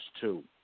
two